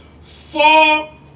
four